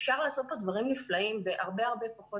אפשר לעשות דברים נפלאים בהרבה הרבה פחות